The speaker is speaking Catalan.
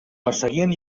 perseguien